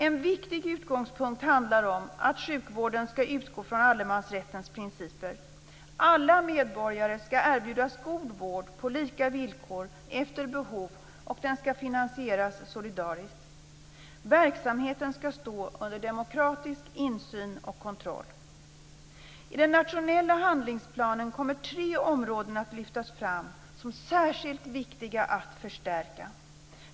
En viktig utgångspunkt handlar om att sjukvården ska utgå från allemansrättens principer. Alla medborgare ska erbjudas god vård på lika villkor efter behov, och den ska finansieras solidariskt. Verksamheten ska stå under demokratisk insyn och kontroll. I den nationella handlingsplanen kommer tre områden att lyftas fram som särskilt viktiga att förstärka.